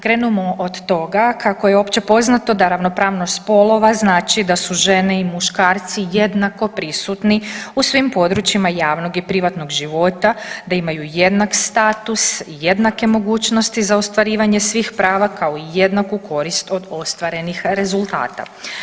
Krenimo od toga kako je općepoznato da ravnopravnost spolova znači da su žene i muškarci jednako prisutni u svim područjima javnog i privatnog života, da imaju jednak status, jednake mogućnosti za ostvarivanje svih prava, kao i jednaku korist od ostvarenih rezultata.